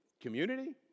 community